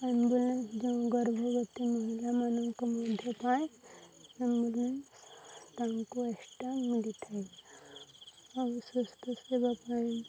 ambulance ଯଉଁ ଗର୍ଭବତୀ ମହିଳାମାନଙ୍କ ମଧ୍ୟ ପାଇଁ ଆମ୍ବୁଲାନ୍ସ ତାଙ୍କୁ ଏକ୍ସଟ୍ରା ମିଳିଥାଏ ଆଉ ସ୍ୱାସ୍ଥ୍ୟ ସେବା ପାଇଁ